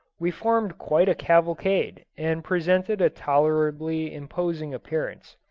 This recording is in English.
we formed quite a cavalcade, and presented a tolerably imposing appearance.